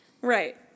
Right